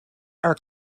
are